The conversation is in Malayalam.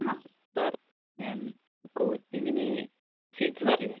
ആ സാർ ഞാൻ കോച്ചിങ്ങിന് ഷിജിത്ത് സാറല്ലേ